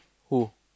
who